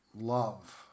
love